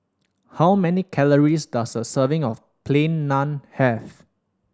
how many calories does a serving of Plain Naan have